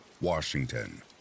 Washington